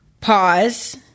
pause